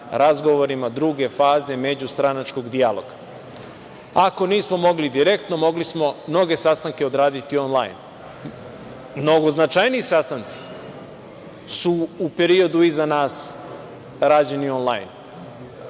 razgovorima druge faze međustranačkog dijaloga. Ako nismo mogli direktno, mogli smo mnoge sastanke odraditi onlajn. Mnogo značajniji sastanci su u periodu iza nas rađeni onlajn,